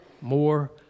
more